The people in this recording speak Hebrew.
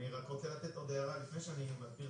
אני רוצה להעיר עוד הערה לפני שאני מתחיל להסביר